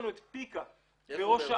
ופיקה בראש העין.